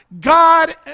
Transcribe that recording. God